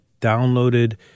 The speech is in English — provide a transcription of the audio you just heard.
downloaded